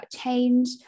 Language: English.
change